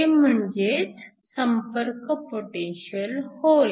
ते म्हणजेच संपर्क पोटेन्शिअल होय